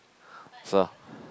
so